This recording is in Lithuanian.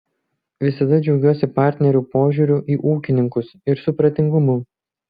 visada džiaugiuosi partnerių požiūriu į ūkininkus ir supratingumu